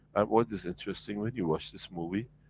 and what is interesting, when you watch this movie,